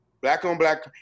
Black-on-black